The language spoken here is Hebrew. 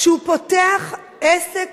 כשהוא פותח עסק